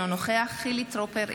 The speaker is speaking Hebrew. אינו נוכח חילי טרופר,